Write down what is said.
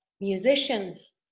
musicians